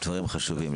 דברים חשובים.